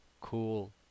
cool